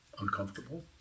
uncomfortable